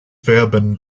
verben